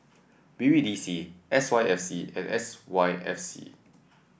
B B D C S Y F C and S Y F C